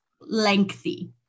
lengthy